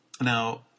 Now